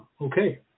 Okay